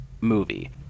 movie